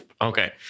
Okay